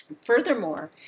Furthermore